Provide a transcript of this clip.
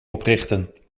oprichten